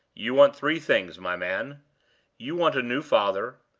you want three things, my man you want a new father,